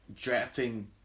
drafting